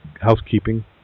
housekeeping